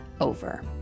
over